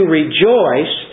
rejoice